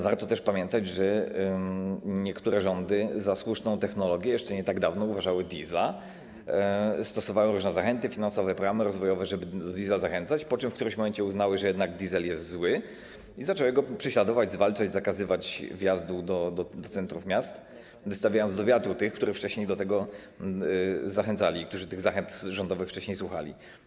Warto też pamiętać, że niektóre rządy za słuszną technologię jeszcze nie tak dawno uważały diesla, stosowały różne zachęty finansowe, programy rozwojowe, żeby do diesla zachęcać, po czym w którymś momencie uznały, że jednak diesel jest zły, i zaczęły go prześladować, zwalczać, zakazywać wjazdu do centrów miast, wystawiając do wiatru tych, których wcześniej do tego zachęcali, którzy tych zachęt rządowych wcześniej słuchali.